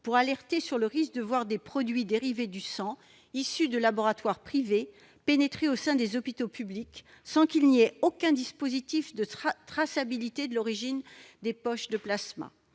souci d'alerter sur le risque de voir des produits dérivés du sang, issus de laboratoires privés, pénétrer au sein des hôpitaux publics, sans qu'il n'y ait aucun dispositif de traçabilité de l'origine des poches de plasma.